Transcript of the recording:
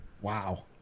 Wow